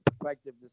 perspective